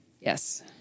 Yes